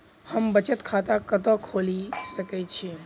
हम बचत खाता कतऽ खोलि सकै छी?